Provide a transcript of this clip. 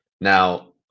Now